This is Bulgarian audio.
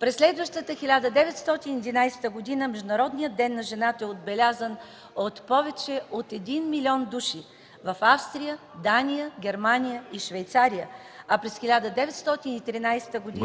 През следващата 1911 г. Международният ден на жената е отбелязан от повече от 1 млн. души – в Австрия, Дания, Германия и Швейцария, а през 1913 г. –